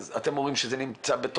אתם אומרים שזה נמצא,